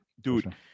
dude